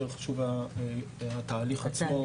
יותר חשוב התהליך עצמו